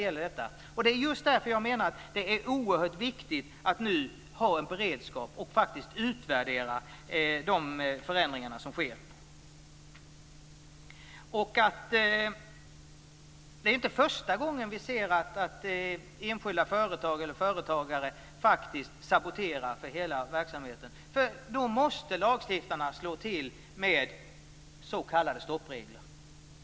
Det är just därför som jag menar att det är oerhört viktigt att nu ha en beredskap och faktiskt utvärdera de förändringar som sker. Det är inte första gången vi ser att enskilda företag eller företagare faktiskt saboterar för hela verksamheten. Då måste lagstiftarna slå till med s.k. stoppregler.